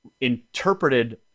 interpreted